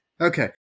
Okay